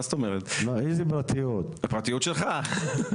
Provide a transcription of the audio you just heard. הפרטיות שלך.